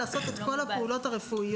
יכול לעשות את כל הפעולות הרפואיות.